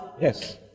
Yes